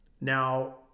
Now